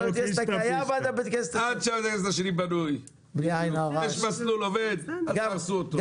יש מסלול עובד, אל תהרסו אותו.